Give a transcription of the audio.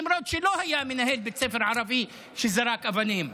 למרות שלא היה מנהל בית ספר ערבי שזרק אבנים,